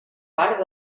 part